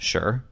Sure